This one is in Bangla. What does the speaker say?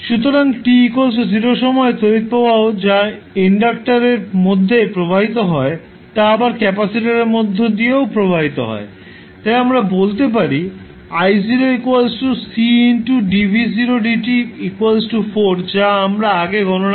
সুতরাং t 0 সময়ে তড়িৎ প্রবাহ যা ইন্ডাক্টার এর মধ্যে প্রবাহিত হয় তা আবার ক্যাপাসিটারের মধ্য দিয়েও প্রবাহিত হয় তাই আমরা বলতে পারি যা আমরা আগে গণনা করেছি